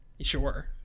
Sure